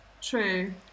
True